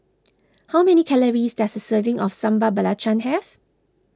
how many calories does a serving of Sambal Belacan have